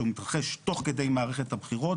שמתרחש תוך כדי מערכת הבחירות,